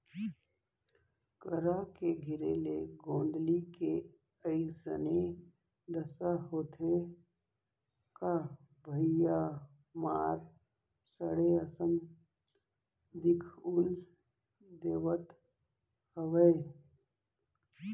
करा के गिरे ले गोंदली के अइसने दसा होथे का भइया मार सड़े असन दिखउल देवत हवय